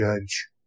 judge